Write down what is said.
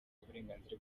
uburenganzira